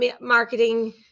marketing